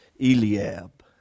Eliab